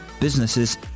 businesses